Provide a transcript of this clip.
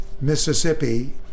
Mississippi